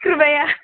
कृपया